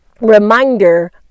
reminder